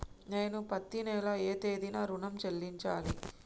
నేను పత్తి నెల ఏ తేదీనా ఋణం చెల్లించాలి?